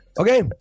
Okay